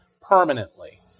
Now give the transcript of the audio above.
permanently